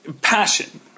passion